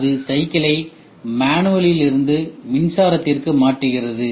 அது சைக்கிளை மேனுவலில் இருந்து மின்சாரத்திற்கு மாற்றுகிறது